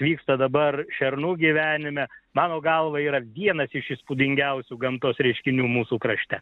vyksta dabar šernų gyvenime mano galva yra vienas iš įspūdingiausių gamtos reiškinių mūsų krašte